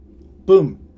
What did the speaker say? Boom